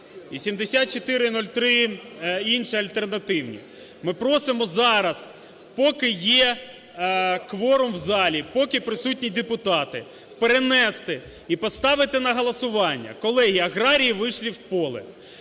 і 7403, інші альтернативні. Ми просимо зараз, поки є кворум в залі, поки присутні депутати перенести і поставити на голосування. Колеги, аграрії вийшли в поле,